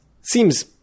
seems